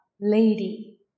Lady